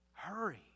Hurry